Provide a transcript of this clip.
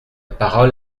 parole